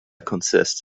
consists